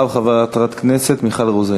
ואחריו, חברת הכנסת מיכל רוזין.